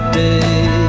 day